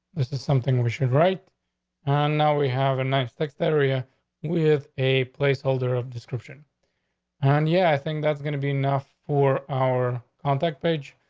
this is something we should right on. now we have a nice text area with a placeholder of description and yeah, i think that's gonna be enough for our contact page.